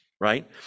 right